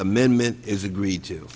amendment is agreed to